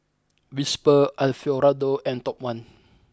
Whisper Alfio Raldo and Top One